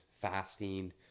fasting